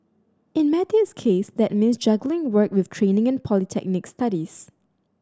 in Matthew's case that mean juggling work with training and polytechnic studies